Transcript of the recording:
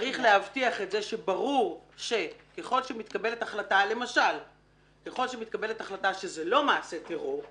צריך להבטיח את זה שברור שככל שמתקבלת החלטה שזה לא מעשה טרור,